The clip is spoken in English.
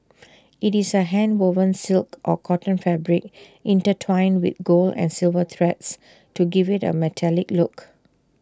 IT is A handwoven silk or cotton fabric intertwined with gold and silver threads to give IT A metallic look